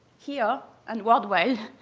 here and worldwide,